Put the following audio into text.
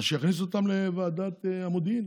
אז שיכניסו אותם לוועדת המודיעין.